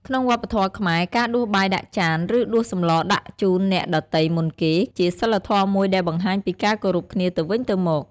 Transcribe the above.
ក្នុងវប្បធម៌ខ្មែរ ការដួសបាយដាក់ចាន ឬដួសសម្លរដាក់ជូនអ្នកដទៃមុនគេ ជាសីលធម៌មួយដែលបង្ហាញពីការគោរពគ្នាទៅវិញទៅមក។